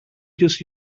just